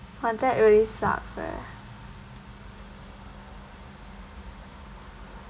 !wah! that really sucks eh